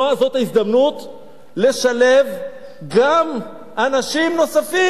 זאת ההזדמנות לשלב גם אנשים נוספים.